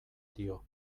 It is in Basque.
dio